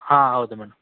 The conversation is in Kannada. ಹಾಂ ಹೌದು ಮೇಡಮ್